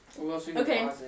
Okay